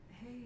hey